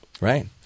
right